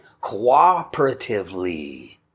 cooperatively